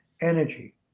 energy